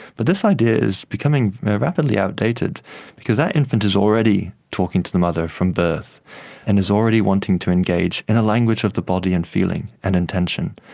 but this idea is becoming rapidly outdated because that infant is already talking to the mother from birth and is already wanting to engage in a language of the body and feeling and intention.